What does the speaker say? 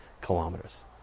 kilometers